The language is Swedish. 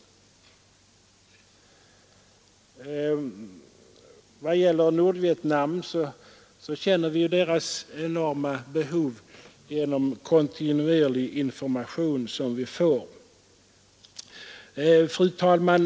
I fråga om Nordvietnam känner vi ju dess enorma behov genom kontinuerlig information som vi får. Fru talman!